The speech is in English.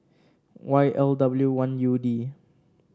Y L W one U D